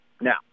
now